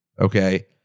Okay